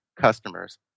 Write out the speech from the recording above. customers